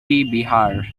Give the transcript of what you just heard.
bihar